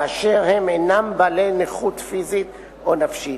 באשר הם אינם בעלי נכות פיזית או נפשית.